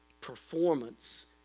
performance